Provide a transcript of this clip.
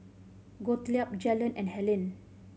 Gottlieb Jaylon and Hellen